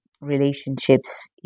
relationships